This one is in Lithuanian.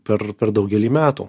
per per daugelį metų